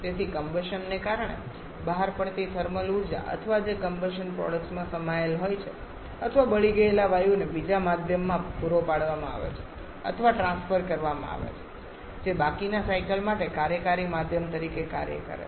તેથી કમ્બશનને કારણે બહાર પડતી થર્મલ ઉર્જા અથવા જે કમ્બશન પ્રોડક્ટ્સમાં સમાયેલ હોય છે અથવા બળી ગયેલા વાયુને બીજા માધ્યમમાં પૂરો પાડવામાં આવે છે અથવા ટ્રાન્સફર કરવામાં આવે છે જે બાકીના સાયકલ માટે કાર્યકારી માધ્યમ તરીકે કાર્ય કરે છે